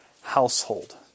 household